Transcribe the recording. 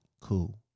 Cool